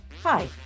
Hi